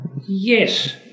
yes